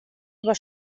über